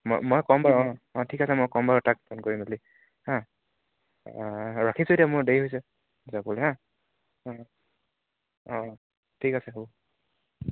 ম মই ক'ম বাৰু অঁ অঁ ঠিক আছে মই ক'ম বাৰু তাক ফোন কৰি মেলি হা ৰাখিছোঁ এতিয়া মোৰ দেৰি হৈছে যাবলৈ হা অঁ অঁ ঠিক আছে হ'ব